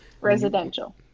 residential